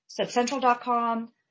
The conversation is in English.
subcentral.com